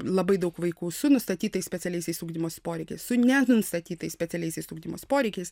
labai daug vaikų su nustatytais specialiaisiais ugdymosi poreikiais su nenustatytais specialiaisiais ugdymosi poreikiais